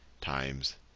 times